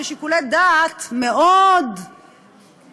בשיקולי דעת מאוד ספציפיים,